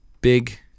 big